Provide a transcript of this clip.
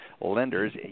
lenders